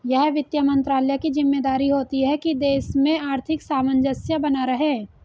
यह वित्त मंत्रालय की ज़िम्मेदारी होती है की देश में आर्थिक सामंजस्य बना रहे